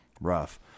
Rough